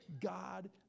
God